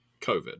COVID